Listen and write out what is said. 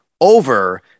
over